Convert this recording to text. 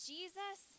Jesus